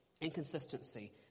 Inconsistency